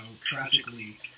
tragically